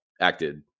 acted